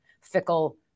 fickle